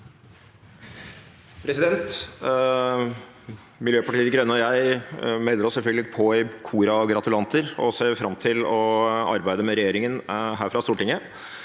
Miljøpartiet De Grønne og jeg melder oss selvfølgelig på i koret av gratulanter og ser fram til å arbeide med regjeringen fra Stortinget.